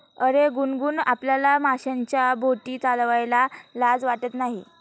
अरे गुनगुन, आपल्याला माशांच्या बोटी चालवायला लाज वाटत नाही